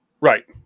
right